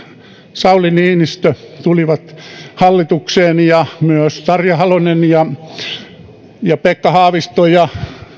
sauli niinistö tulivat hallitukseen ja myös tarja halonen ja pekka haavisto ja